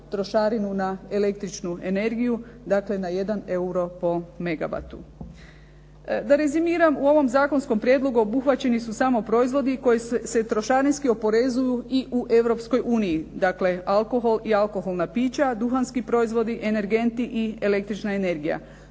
trošarinu na električnu energiju. Dakle, na jedan euro po megavatu. Da rezimiram. U ovom zakonskom prijedlogu obuhvaćeni su samo proizvodi koji se trošarinski oporezuju i u Europskoj uniji, dakle alkohol i alkoholna pića, duhanski proizvodi, energenti i električna energija.